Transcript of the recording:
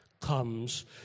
comes